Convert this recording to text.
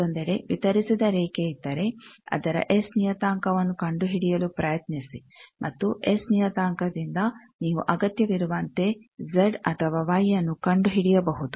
ಮತ್ತೊಂದೆಡೆ ವಿತರಿಸಿದ ರೇಖೆಯಿದ್ದರೆ ಅದರ ಎಸ್ ನಿಯತಾಂಕವನ್ನು ಕಂಡುಹಿಡಿಯಲು ಪ್ರಯತ್ನಿಸಿ ಮತ್ತು ಎಸ್ ನಿಯತಾಂಕದಿಂದ ನೀವು ಅಗತ್ಯವಿರುವಂತೆ ಜೆಡ್ ಅಥವಾ ವೈಯನ್ನು ಕಂಡುಹಿಡಿಯಬಹುದು